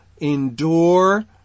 endure